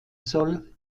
soll